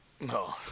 No